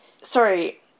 Sorry